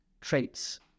traits